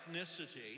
ethnicity